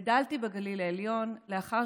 גדלתי בגליל העליון, לאחר